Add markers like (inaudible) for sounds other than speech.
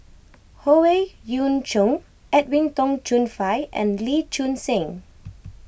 Howe Yoon Chong Edwin Tong Chun Fai and Lee Choon Seng (noise)